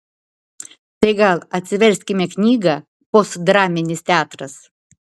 tai gal atsiverskime knygą postdraminis teatras